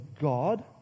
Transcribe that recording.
God